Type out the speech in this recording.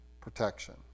protection